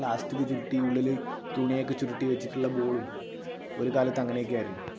plastic ചുരുട്ടി ഉള്ളിൽ തുണിയൊക്കെ ചുരുട്ടി വെച്ചിട്ടുള്ള ബോളും ഒരു കാലത്ത് അങ്ങനെയൊക്കെ ആയിരുന്നു